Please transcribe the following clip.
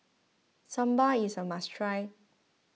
Sambar is a must try